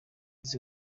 izi